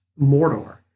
Mordor